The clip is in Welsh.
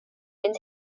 mynd